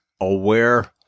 aware